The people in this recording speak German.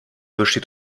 besteht